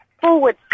Forward